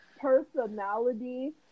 personality